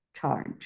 charge